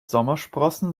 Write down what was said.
sommersprossen